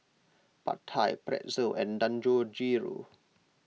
Pad Thai Pretzel and Dangojiru